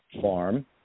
farm